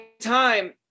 time